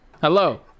hello